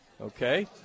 Okay